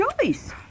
choice